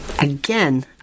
again